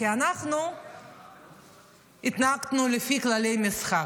כי אנחנו התנהגנו לפי כללי המשחק.